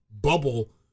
bubble